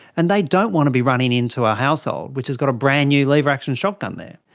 and they don't want to be running into a household which has got a brand new lever-action shotgun there.